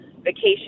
vacation